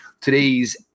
Today's